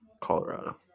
Colorado